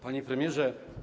Panie Premierze!